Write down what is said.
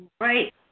Right